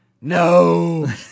No